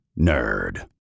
nerd